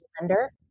lender